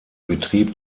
betrieb